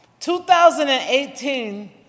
2018